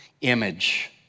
image